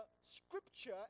Scripture